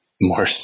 more